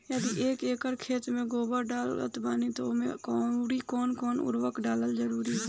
यदि एक एकर खेत मे गोबर डालत बानी तब ओमे आउर् कौन कौन उर्वरक डालल जरूरी बा?